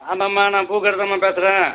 ஆமாம்மா நான் பூக்கார் தாம்மா பேசுகிறேன்